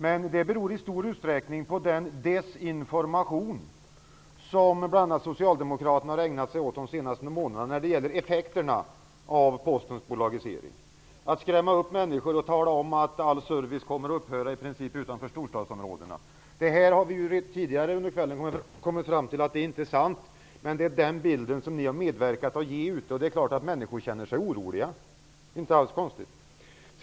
Men det beror i stor utsträckning på den desinformation som bl.a. socialdemokraterna har ägnat sig åt under de senaste månaderna när det gäller effekterna av Postens bolagisering. Man har skrämt upp människor genom att säga att all service kommer att upphöra i princip utanför storstäderna. Vi har tidigare under kvällen kommit fram till att detta inte är sant, men det är den bild som ni har medverkat till att ge utåt, och det är klart att människor känner sig oroliga. Det är inte alls konstigt.